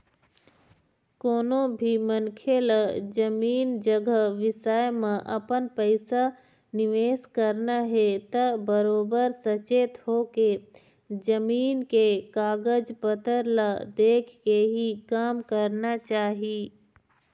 कोनो भी मनखे ल जमीन जघा बिसाए म अपन पइसा निवेस करना हे त बरोबर सचेत होके, जमीन के कागज पतर ल देखके ही काम करना चाही